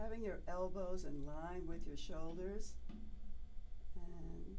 having your elbows in line with your shoulders